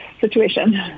situation